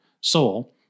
soul